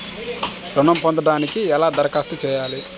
ఋణం పొందటానికి ఎలా దరఖాస్తు చేయాలి?